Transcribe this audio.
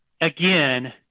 again